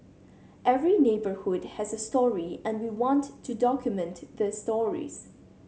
every neighbourhood has a story and we want to document the stories